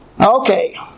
Okay